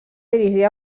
dirigir